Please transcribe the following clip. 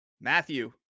Matthew